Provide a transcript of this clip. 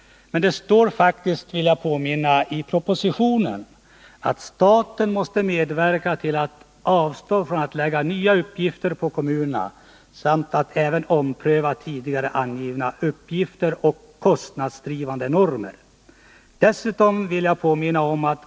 Det står faktiskt i propositionen att staten måste avstå från att lägga nya uppgifter på kommunerna samt även ompröva tidigare angivna uppgifter och kostnadsdrivande normer.